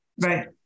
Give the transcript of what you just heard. Right